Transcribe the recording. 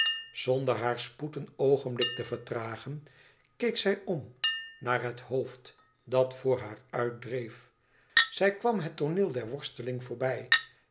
zonder haar spoed een oogenblik te vertragen keek zij om naar het hoofd dat voor haar uitdreef zij kwam het tooneel der worsteling voorbij